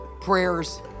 prayers